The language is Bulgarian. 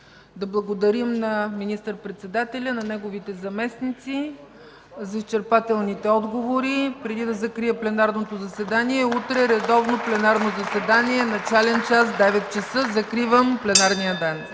Да благодарим на министър-председателя, на неговите заместници за изчерпателните отговори. Преди да закрия пленарното заседание, утре – редовно пленарно заседание с начален час 9,00 ч. Закривам пленарния ден.